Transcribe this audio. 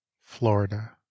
Florida